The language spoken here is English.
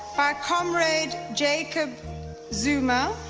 by comrade jacob zuma